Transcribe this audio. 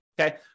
okay